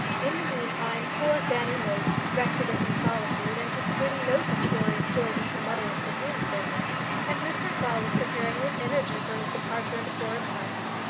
in the meantime poor fanny moped wretched in her solitude, anticipating no such glorious joys as her mother was preparing for her and mr. saul was preparing with energy for his departure into foreign parts.